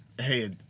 hey